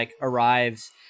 arrives